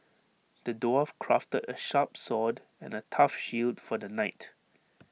the dwarf crafted A sharp sword and A tough shield for the knight